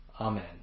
Amen